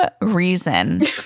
reason